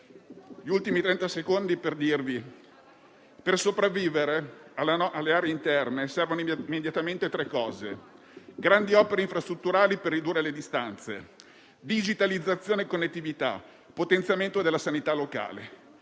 per sopravvivere servono immediatamente tre cose: grandi opere infrastrutturali per ridurre le distanze; digitalizzazione e connettività; potenziamento della sanità locale.